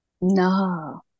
No